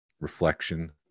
reflection